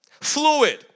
fluid